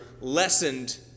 lessened